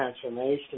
transformation